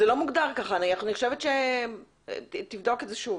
אני חושבת שתבדוק את זה שוב.